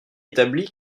établi